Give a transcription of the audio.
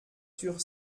sur